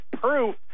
proof